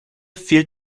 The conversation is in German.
fehlt